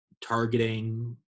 targeting